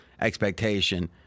expectation